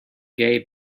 gay